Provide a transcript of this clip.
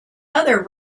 other